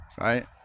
right